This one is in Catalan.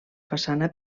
façana